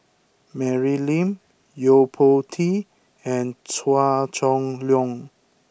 Mary Lim Yo Po Tee and Chua Chong Long